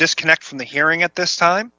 disconnect from the hearing at this time